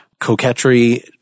coquetry